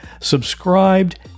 subscribed